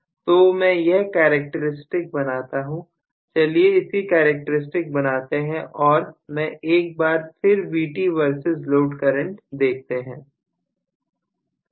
तो मैं यह कैरेक्टरस्टिक बनाता हूं चलिए इसकी कैरेक्टरस्टिक बनाते हैं और मैं एक बार फिर Vt वर्सेस लोड करंट देखते हैं